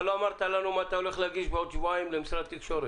אבל לא אמרת לנו מה אתה הולך להגיש בעוד שבועיים למשרד התקשורת?